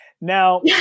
Now